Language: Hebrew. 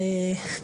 בבקשה.